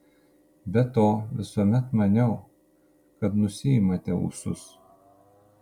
be to visuomet maniau kad nusiimate ūsus